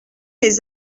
les